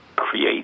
create